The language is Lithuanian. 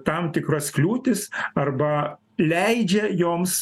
tam tikras kliūtis arba leidžia joms